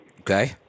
Okay